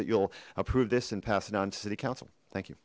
that you'll approve this and pass it on to city council thank you